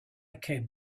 came